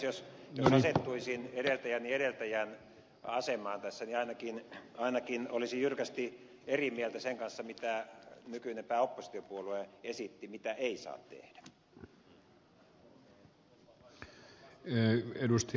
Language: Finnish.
jos asettuisin edeltäjäni edeltäjän asemaan tässä niin ainakin olisin jyrkästi eri mieltä sen kanssa mitä nykyinen pääoppositiopuolue esitti siitä mitä ei saa tehdä